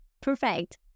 Perfect